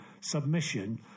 submission